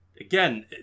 again